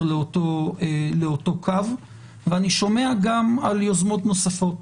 לאותו קו ואני שומע גם על יוזמות נוספות.